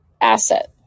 asset